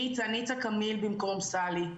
ניצה קמיל במקום סלי.